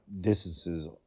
distances